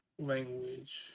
language